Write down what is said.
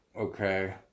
Okay